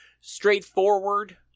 straightforward